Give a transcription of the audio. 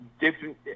different